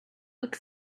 looks